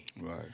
right